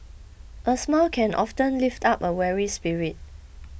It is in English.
a smile can often lift up a weary spirit